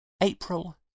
April